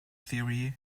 theory